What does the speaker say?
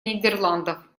нидерландов